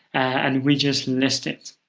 and we just list it.